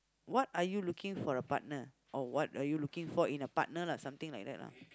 what are you looking for a partner or what are you looking for in a partner lah something like that lah